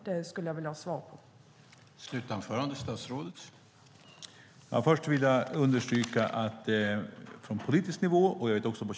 Det skulle jag vilja ha svar på.